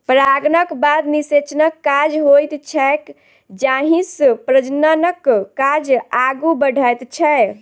परागणक बाद निषेचनक काज होइत छैक जाहिसँ प्रजननक काज आगू बढ़ैत छै